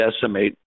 decimate